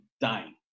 dying